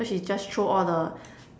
so she just throw all the